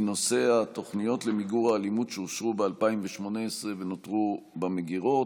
בנושא התוכניות למיגור האלימות שאושרו ב-2018 ונותרו במגירות.